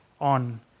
on